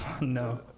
No